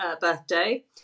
birthday